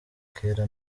kera